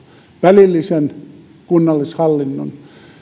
välillisen kunnallishallinnon käsissä